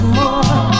more